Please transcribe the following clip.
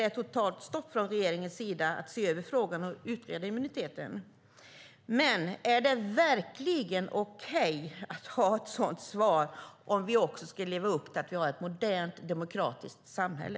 Det är totalt stopp från regeringens sida när det gäller att se över frågan och utreda immuniteten. Men är det verkligen okej att ge ett sådant svar om vi också ska leva upp till att vi har ett modernt, demokratiskt samhälle?